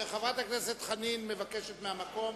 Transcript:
חברת הכנסת חנין מבקשת מהמקום,